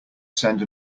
send